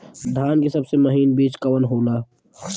धान के सबसे महीन बिज कवन होला?